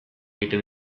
egiten